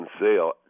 sale